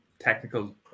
technical